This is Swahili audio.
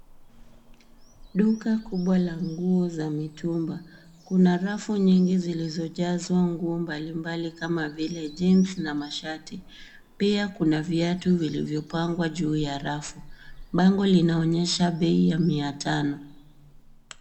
Duka kubwa la nguo za mitumba. Kuna rafu nyingi zilizojazwa nguo mbalimbali kama vile jeans na mashati. Pia kuna viatu vilivyopangwa juu ya rafu. Bango linaonyesha bei ya mia tano.